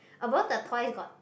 above the toys got